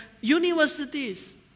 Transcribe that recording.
universities